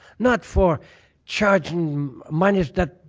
not for charging monies that